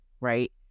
Right